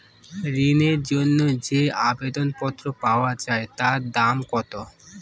ঋণের জন্য যে আবেদন পত্র পাওয়া য়ায় তার দাম কত?